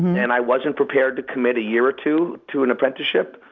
and i wasn't prepared to commit a year or two to an apprenticeship,